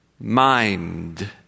Mind